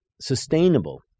sustainable